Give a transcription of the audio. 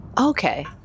Okay